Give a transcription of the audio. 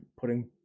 putting